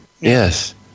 Yes